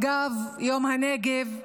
אגב יום הנגב,